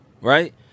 right